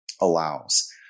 allows